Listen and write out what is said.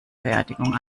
beerdigung